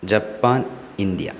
Japan India